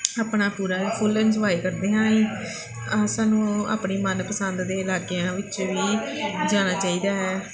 ਆਪਣਾ ਪੂਰਾ full enjoy ਕਰਦੇ ਹਾਂ ਅਸੀਂ ਆਹ ਸਾਨੂੰ ਆਪਣੀ ਮੰਨ ਪਸੰਦ ਦੇ ਇਲਾਕਿਆਂ ਵਿੱਚ ਵੀ ਜਾਣਾ ਚਾਹੀਦਾ ਹੈ